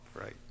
right